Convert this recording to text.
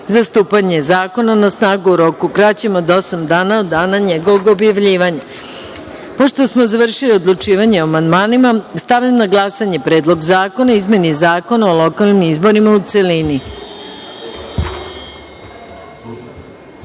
za stupanje zakona na snagu u roku kraćem od osam dana od dana njegovog objavljivanja. Pošto smo završili odlučivanje o amandmanima, stavljam na glasanje Predlog zakona o izmeni Zakona o lokalnim izborima, u